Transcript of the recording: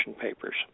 papers